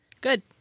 Good